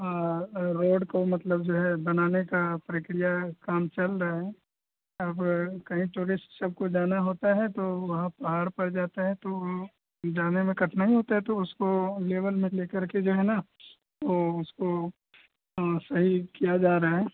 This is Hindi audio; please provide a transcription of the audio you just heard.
रोड को मतलब जो है बनाने की प्रक्रिया काम चल रहा है यहाँ पर कहीं टूरिस्ट सबको जाना होता है तो वहाँ पहाड़ पर जाते हैं तो जाने में कठिनाई होती है तो उसको लेवल में मतलब करके जो है न तो उसको सही किया जा रहा है